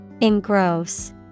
Engross